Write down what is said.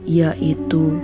yaitu